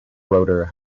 rotor